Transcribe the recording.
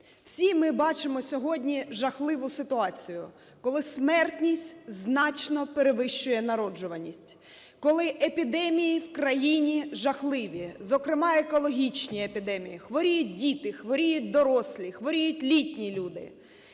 Всі ми бачимо сьогодні жахливу ситуацію, коли смертність значно перевищує народжуваність, коли епідемії в країні жахливі, зокрема екологічні епідемії, хворіють діти, хворіють дорослі, хворіють літні люди.